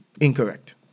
Incorrect